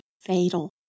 fatal